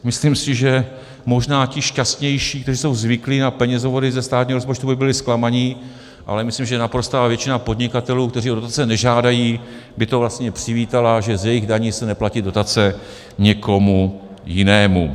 Myslím si, že možná ti šťastnější, kteří jsou zvyklí na penězovody ze státního rozpočtu, by byli zklamaní, ale myslím, že naprostá většina podnikatelů, kteří o dotace nežádají, by to vlastně přivítala, že z jejich daní se neplatí dotace nikomu jinému.